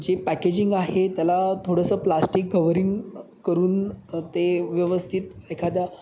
जे पॅकेजिंग आहे त्याला थोडंसं प्लास्टिक कवरिंग करून ते व्यवस्थित एखाद्या